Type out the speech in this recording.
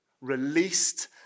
released